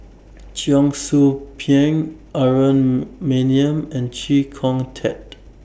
Cheong Soo Pieng Aaron Maniam and Chee Kong Tet